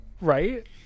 right